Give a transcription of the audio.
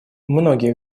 многие